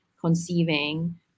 conceiving